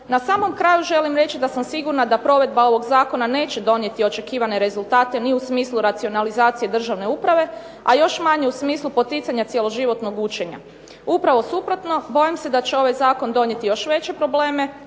Na samom kraju želim reći da sam sigurna da provedba ovog zakona neće donijeti očekivane rezultate ni u smislu racionalizacije državne uprave, a još manje u smislu poticanja cijeloživotnog učenja. Upravo suprotno, bojim se da će ovaj zakon donijeti još veće probleme,